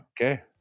Okay